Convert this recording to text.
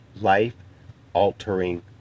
life-altering